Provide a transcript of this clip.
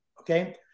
Okay